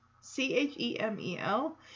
C-H-E-M-E-L